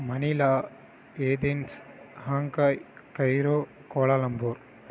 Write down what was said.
மணிலா Athens ஹாங்காய் Cairo